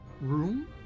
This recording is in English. room